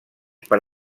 per